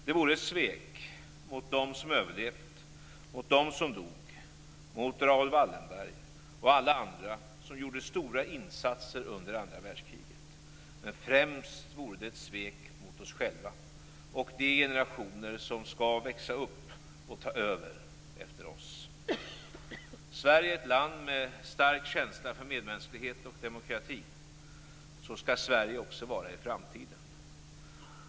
Det vore ett svek mot dem som överlevt, mot dem som dog, mot Raoul Wallenberg och alla andra som gjorde stora insatser under andra världskriget. Men främst vore det ett svek mot oss själva och de generationer som skall växa upp och ta över efter oss. Sverige är ett land med stark känsla för medmänsklighet och demokrati. Så skall Sverige också vara i framtiden.